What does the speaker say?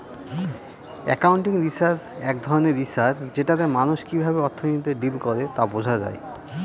accounting research এক ধরনের research যেটাতে মানুষ কিভাবে অর্থনীতিতে ডিল করে তা বোঝা যায়